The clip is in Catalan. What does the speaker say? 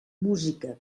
música